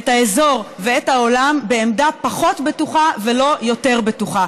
את האזור ואת העולם בעמדה פחות בטוחה ולא יותר בטוחה.